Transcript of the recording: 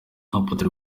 apotre